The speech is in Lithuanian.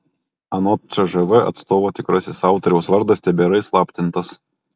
anot cžv atstovo tikrasis autoriaus vardas tebėra įslaptintas